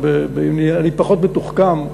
אני פחות מתוחכם,